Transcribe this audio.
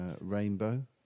Rainbow